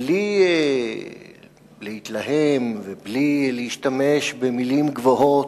בלי להתלהם ובלי להשתמש במלים גבוהות,